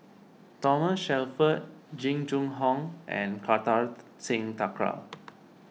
Thomas Shelford Jing Jun Hong and Kartar Singh Thakral